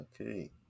Okay